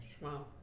Wow